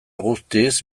guztiz